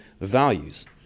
values